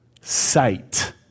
sight